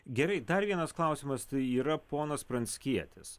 gerai dar vienas klausimas tai yra ponas pranckietis